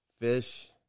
Fish